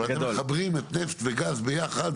אבל אתם מחברים את הנפט וגז ביחד,